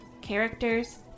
characters